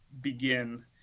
begin